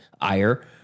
ire